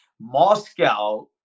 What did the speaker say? Moscow